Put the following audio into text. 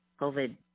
COVID